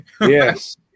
Yes